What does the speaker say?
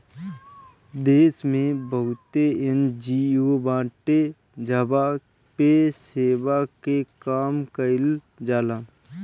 देस में बहुते एन.जी.ओ बाटे जहवा पे सेवा के काम कईल जाला